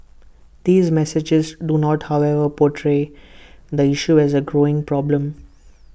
these messages do not however portray the issue as A growing problem